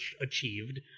achieved